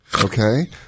okay